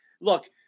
look